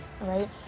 right